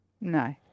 No